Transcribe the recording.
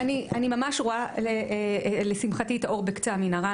אני ממש רואה לשמחתי את האור בקצה המנהרה.